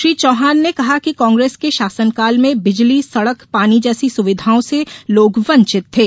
श्री चौहान ने कहा कि कांग्रेस के शासनकाल में बिजली सड़क पानी जैसी सुविधाओं से लोग वंचित थे